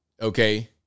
Okay